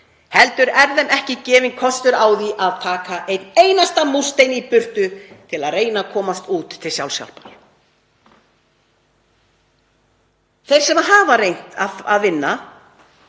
heldur er þeim ekki gefinn kostur á að taka einn einasta múrstein í burtu til að reyna að komast út til sjálfshjálpar. Þeim sem hafa reynt að vinna